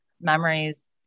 memories